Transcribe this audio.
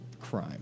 crime